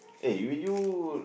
eh will you